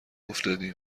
افتادیم